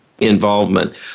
involvement